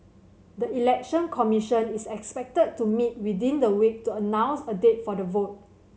the Election Commission is expected to meet within the week to announce a date for the vote